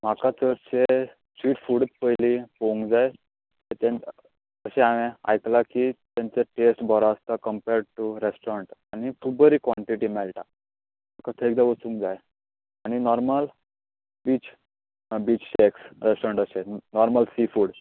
म्हाका चडशें sea food पयली पळोवंक जाय तितूंत अशें हांवें आयकला की तांचो टेस्ट बरो आसता कंम्पर्ड टू रॅस्टॉरंट आनी बरी काँटिटी मेळटा सो ताच्या भाशेन जाय आनी नॉर्मल फीश